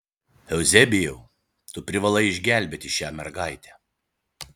euzebijau tu privalai išgelbėti šią mergaitę